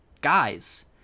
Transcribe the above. guys